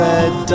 Red